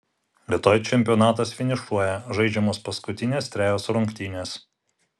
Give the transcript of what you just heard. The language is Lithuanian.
rytoj čempionatas finišuoja žaidžiamos paskutinės trejos rungtynės